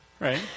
Right